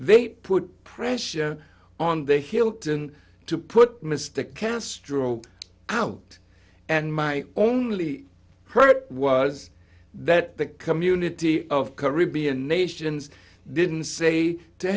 they put pressure on the hilton to put mr castro out and my only heard was that the community of caribbean nations didn't say to